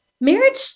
marriage